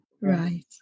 Right